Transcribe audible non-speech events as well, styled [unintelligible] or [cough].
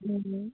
[unintelligible]